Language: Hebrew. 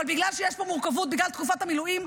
אבל בגלל שיש פה מורכבות, בגלל תקופת המילואים,